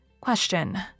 Question